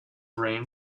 reign